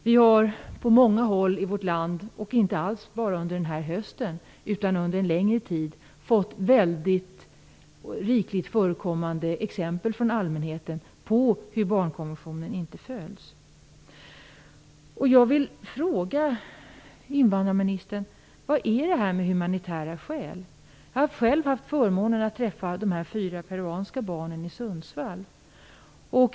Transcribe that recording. Vi har på många håll i vårt land - inte alls bara under den här hösten utan under en längre tid - fått rikligt förekommande exempel från allmänheten på att barnkonventionen inte följs. Jag vill fråga invandrarministern: Vad är humanitära skäl? Jag har själv haft förmånen att träffa de fyra peruanska barnen i Sundsvall.